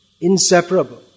inseparable